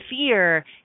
fear